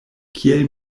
kiel